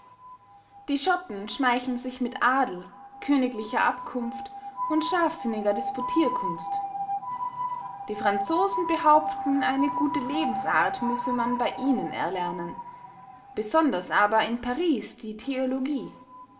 die schotten schmeicheln sich mit adel königlicher abkunft und scharfsinniger disputierkunst die franzosen behaupten eine gute lebensart müsse man bey ihnen erlernen besonders aber in paris die theologie